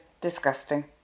disgusting